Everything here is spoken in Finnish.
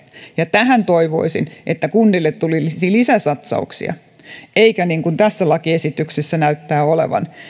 ja toivoisin että kunnille tulisi tähän lisäsatsauksia eikä niin kuin tässä lakiesityksessä näyttää olevan